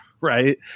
right